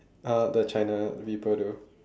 uh the china people do